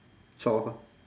twelve ah